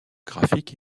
graphique